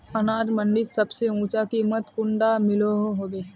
अनाज मंडीत सबसे ऊँचा कीमत कुंडा मिलोहो होबे?